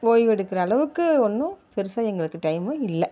ஓய்வு எடுக்கிற அளவுக்கு ஒன்றும் பெருசாக எங்களுக்கு டைமு இல்லை